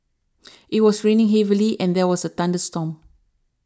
it was raining heavily and there was a thunderstorm